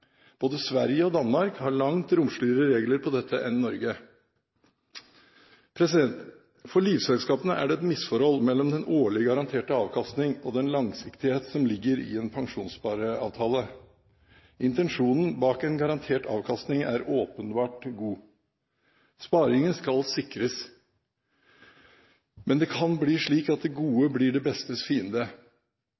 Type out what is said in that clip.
Både Sverige og Danmark har langt romsligere regler på dette enn Norge. For livselskapene er det et misforhold mellom den årlige garanterte avkastning og den langsiktighet som ligger i en pensjonsspareavtale. Intensjonen bak en garantert avkastning er åpenbart god. Sparingen skal sikres. Men kan det bli slik at det gode